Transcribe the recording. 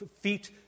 feet